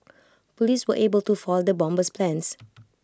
Police were able to foil the bomber's plans